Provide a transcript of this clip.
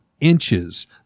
inches